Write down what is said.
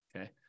Okay